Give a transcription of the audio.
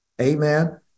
Amen